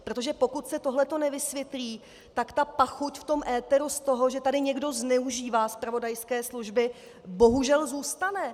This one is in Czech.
Protože pokud se tohle nevysvětlí, tak ta pachuť v tom éteru z toho, že tady někdo zneužívá zpravodajské služby, bohužel zůstane.